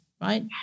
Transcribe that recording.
right